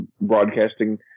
broadcasting